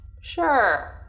Sure